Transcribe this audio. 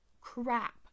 crap